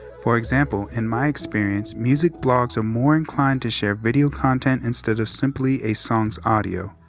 for example, in my experience, music blogs are more inclined to share video content instead of simply a song's audio.